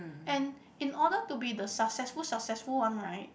and in order to be the successful successful one right